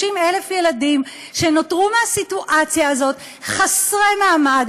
30,000 ילדים שנותרו מהסיטואציה הזאת חסרי מעמד,